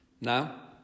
Now